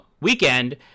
weekend